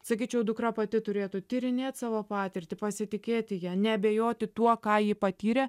sakyčiau dukra pati turėtų tyrinėt savo patirtį pasitikėti ja neabejoti tuo ką ji patyrė